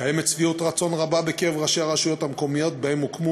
יש שביעות רצון רבה בקרב ראשי הרשויות המקומיות שבהן הוקמו